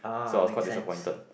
so I quite disappointed